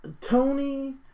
Tony